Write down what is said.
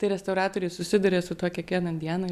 tai restauratoriai susiduria su tuo kiekvieną dieną